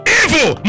evil